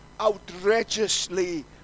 outrageously